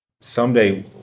someday